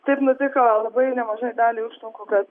taip nutiko labai nemažai daliai užtvankų kad